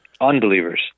unbelievers